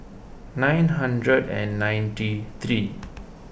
nine hundred and ninety three